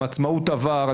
יום העצמאות עבר,